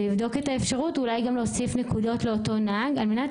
ולבדוק את האפשרות אולי גם להוסיף נקודות לאותו נהג על מנת